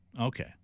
okay